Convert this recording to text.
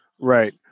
Right